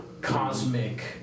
cosmic